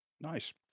Nice